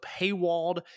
paywalled